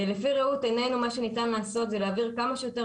לפי ראות עינינו,